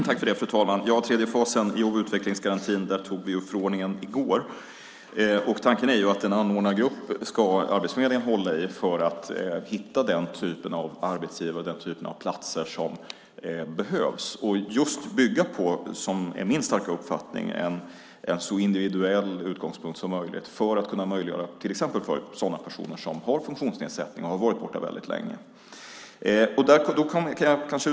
Fru talman! När det gäller tredje fasen i jobb och utvecklingsgarantin antog vi förordningen i går. Tanken är att Arbetsförmedlingen ska hålla i en anordnargrupp för att hitta den typen av arbetsgivare och den typen av platser som behövs. Min starka uppfattning är att de ska bygga på en så individuell utgångspunkt som möjligt för att man ska möjliggöra för till exempel sådana personer som har funktionsnedsättningar och har varit borta väldigt länge från arbetsmarknaden.